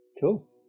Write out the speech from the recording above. Cool